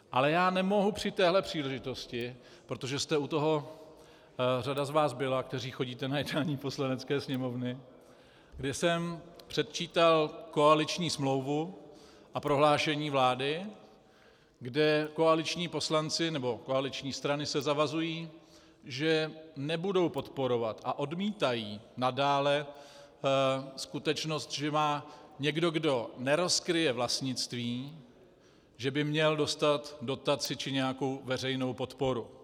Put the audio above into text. Ale já nemohu při téhle příležitosti, protože jste u toho řada z vás byla, kteří chodíte na jednání Poslanecké sněmovny, kdy jsem předčítal koaliční smlouvu a prohlášení vlády, kde se koaliční poslanci nebo koaliční strany zavazují, že nebudou podporovat a odmítají nadále skutečnost, že má někdo, kdo nerozkryje vlastnictví, že by měl dostat dotaci či nějakou veřejnou podporu.